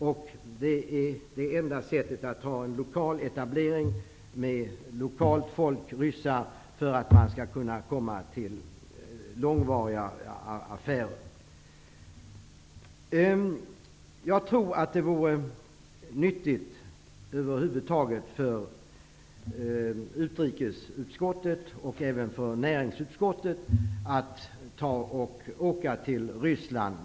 För att man skall kunna göra långvariga affärer är enda sättet att ha en lokal etablering med ryssar. Jag tror att det över huvud taget skulle vara nyttigt för utrikesutskottet och även för näringsutskottet om de snarast möjligt åkte till Ryssland.